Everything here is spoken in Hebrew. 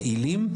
יעילים,